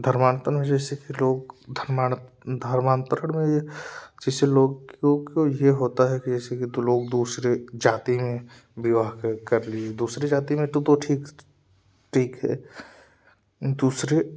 धर्मान्तरण जैसेकि लोग धर्मांतरण में जैसे लोग को यह होता है किसी की तो लोग दूसरे जाते हैं विवाह के कर ली दूसरी जाति में तो तो ठीक है दूसरे